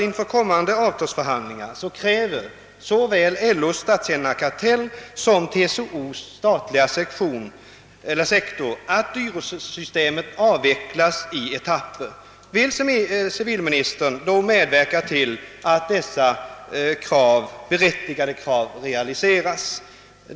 Inför kommande avtalsförhandlingar kräver såväl LO:s statstjänarkartell som TCO:s statliga sektor att dyrortssystemet avvecklas i etapper. Vill civilministern medverka till att dessa berättigade krav tillgodoses?